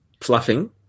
Fluffing